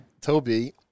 Toby